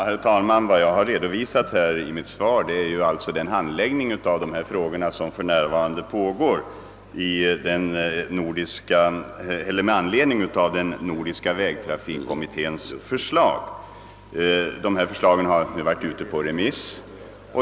Herr talman! Vad jag redovisat i mitt svar är den handläggning av dessa frågor som för närvarande pågår med anledning av den nordiska vägtrafikkommitténs förslag. Dess förslag har varit ute på remiss.